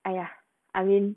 !aiya! I mean